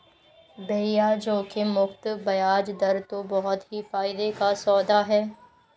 भैया जोखिम मुक्त बयाज दर तो बहुत ही फायदे का सौदा है